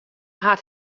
hat